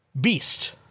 beast